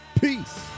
Peace